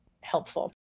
helpful